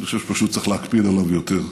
אני חושב שפשוט צריך להקפיד עליו יותר.